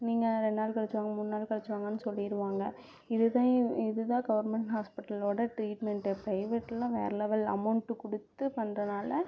நீங்கள் ரெண்டு நாள் கழித்து வாங்க மூணு நாள் கழித்து வாங்கன்னு சொல்லிடுவாங்க இது தான் இது தான் கவர்மெண்ட் ஹாஸ்ப்பிட்டலோட ட்ரீட்மெண்ட்டு ப்ரைவேட்லாம் வேற லெவெல் அமவுண்ட்டு கொடுத்து பண்றதுனால